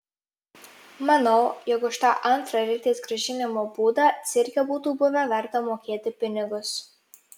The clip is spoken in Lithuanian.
manau jog už tą antrą ritės grąžinimo būdą cirke būtų buvę verta mokėti pinigus